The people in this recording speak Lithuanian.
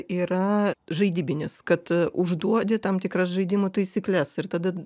yra žaidybinis kad užduodi tam tikras žaidimo taisykles ir tada